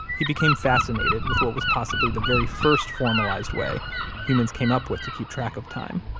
he became fascinated with what was possibly the very first formalized way humans came up with to keep track of time,